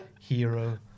hero